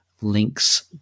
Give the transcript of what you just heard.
links